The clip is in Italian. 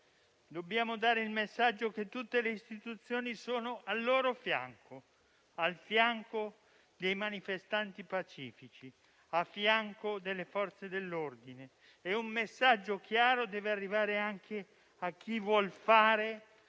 Dobbiamo dare il messaggio che tutte le istituzioni sono al loro fianco, a fianco dei manifestanti pacifici, a fianco delle Forze dell'ordine. E un messaggio chiaro deve arrivare anche a chi vuol fare